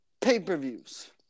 pay-per-views